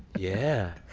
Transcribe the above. yeah.